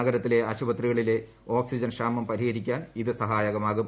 നഗരത്തിലെ ആശുപത്രികളിലെ ഓക്സിജൻ ക്ഷാമം പരിഹരിക്കാൻ ഇത് സഹായകമാകും